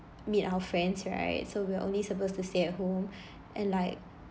meet our friends right so we are only supposed to stay at home and like